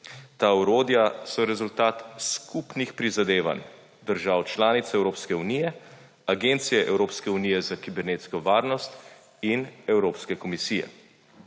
Ta orodja so rezultat skupnih prizadevanj držav članic Evropske unije, Agencije Evropske unije za kibernetsko varnost in Evropske komisije.